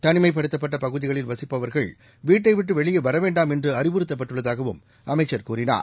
தனிமைப்படுத்தப்பட்ட பகுதிகளில் வசிப்பவர்கள் வீட்டை விட்டு வெளியே வரவேண்டாம் என்று அறிவுறுத்தப்பட்டுள்ளதாகவும் அமைச்சர் கூறினார்